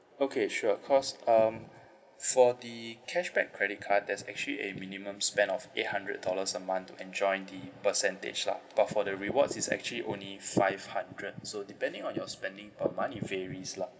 okay sure cause um for the cashback credit card there's actually a minimum spend of eight hundred dollars a month to enjoy the percentage lah but for the rewards it's actually only five hundred so depending on your spending per month it varies lah